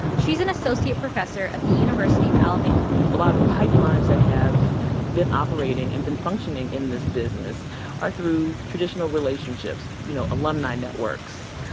she's an associate professor at the university of alabama a lot of the pipelines that have been operating and been functioning in this business are through traditional relationships. you know, alumni networks,